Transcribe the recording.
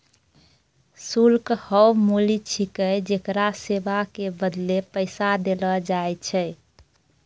शुल्क हौअ मूल्य छिकै जेकरा सेवा के बदले पैसा देलो जाय छै